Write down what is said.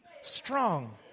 strong